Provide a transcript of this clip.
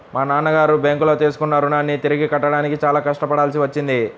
మా నాన్నగారు బ్యేంకులో తీసుకున్న రుణాన్ని తిరిగి కట్టడానికి చాలా కష్టపడాల్సి వచ్చింది